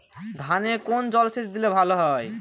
ধানে কোন জলসেচ দিলে ভাল হয়?